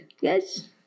Yes